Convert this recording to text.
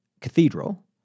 cathedral